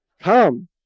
come